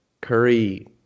Curry